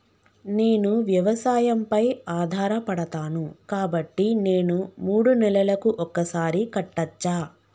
నేను వ్యవసాయం పై ఆధారపడతాను కాబట్టి నేను మూడు నెలలకు ఒక్కసారి కట్టచ్చా?